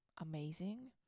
amazing